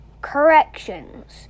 Corrections